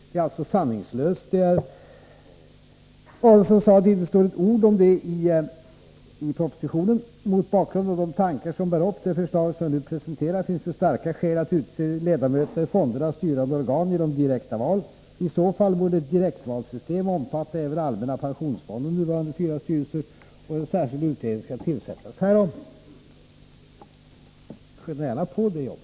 Det är alltså sanningslöst när herr Adelsohn säger att det inte står ett ord om det i propositionen. ”Mot bakgrund av de tankar som bär upp det förslag som jag nu presenterar finns det starka skäl att utse ledamöterna i fondernas styrande organ genom direkta val. I så fall borde ett direktvalssystem omfatta även allmänna pensionsfondens nuvarande fyra styrelser. ——— Jag anser att det bör uppdras åt en särskild utredning att överväga den nu behandlade frågan.” Skynda gärna på det jobbet!